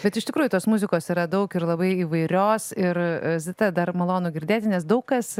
bet iš tikrųjų tos muzikos yra daug ir labai įvairios ir zita dar malonu girdėti nes daug kas